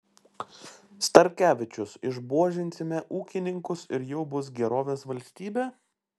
starkevičius išbuožinsime ūkininkus ir jau bus gerovės valstybė